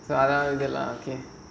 so ya ஆமா:aamaa